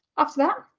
after that,